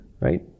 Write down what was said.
right